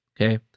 okay